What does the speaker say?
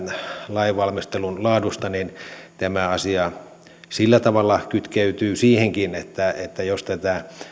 lainvalmistelun laadusta niin tämä asia sillä tavalla kytkeytyy siihenkin että että jos tätä